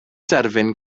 derfyn